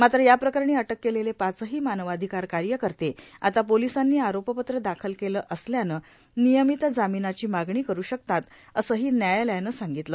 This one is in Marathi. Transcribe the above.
मात्र या प्रकरणी अटक केलेले पाचही मानवाधिकार कार्यकर्ते आता पोलिसांनी आरोपपत्र दाखल केलं असल्यानं नियमित जामिनाची मागणी करू शकतात असंही न्यायालयानं सांगितलं